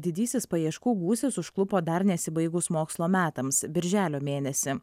didysis paieškų gūsis užklupo dar nesibaigus mokslo metams birželio mėnesį